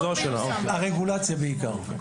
הרגולציה בעיקר.